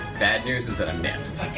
bad news is that i missed.